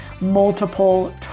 multiple